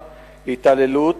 התעללות,